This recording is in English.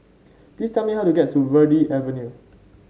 please tell me how to get to Verde Avenue